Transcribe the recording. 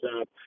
up